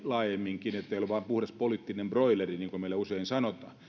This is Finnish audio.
laajemminkin kokemusta ettei hän ole vain puhdas poliittinen broileri niin kuin meille usein sanotaan